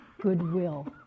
goodwill